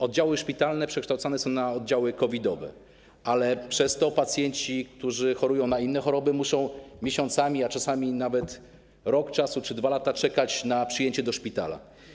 Oddziały szpitalne przekształcane są na oddziały COVID-owe, ale przez to pacjenci, którzy chorują na inne choroby, muszą miesiącami, a czasami nawet rok czy 2 lata czekać na przyjęcie do szpitala.